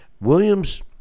Williams